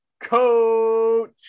coach